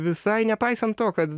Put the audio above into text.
visai nepaisant to kad